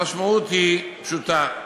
המשמעות היא פשוטה: